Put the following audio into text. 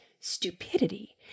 stupidity